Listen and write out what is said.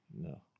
No